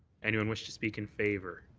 anyone wish to speak in favour?